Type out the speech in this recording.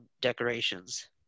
decorations